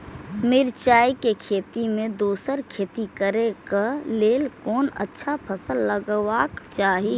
मिरचाई के खेती मे दोसर खेती करे क लेल कोन अच्छा फसल लगवाक चाहिँ?